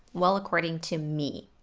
well, according to me.